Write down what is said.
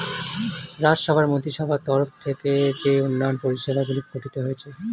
রাজ্য সভার মন্ত্রীসভার তরফ থেকে যেই উন্নয়ন পরিষেবাগুলি গঠিত হয়েছে